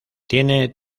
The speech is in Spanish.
tiene